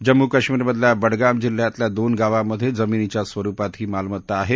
जम्मू कश्मीरमधल्या बडगाम जिल्ह्यातल्या दोन गावांमधे जमीनीच्या स्वरुपात ही मालमत्ता आहे